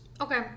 okay